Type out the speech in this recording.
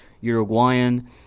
Uruguayan